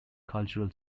cultural